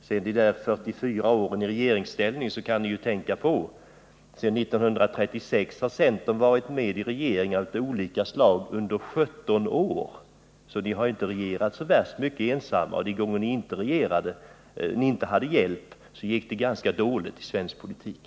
När det gäller de 44 åren i regeringsställning kan ni ju tänka på att sedan 1936 har centern varit med i regeringar av olika slag under 17 år. Ni har alltså inte regerat så värst mycket ensamma, och de gånger ni inte hade hjälp gick det ganska dåligt i svensk politik.